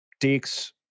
takes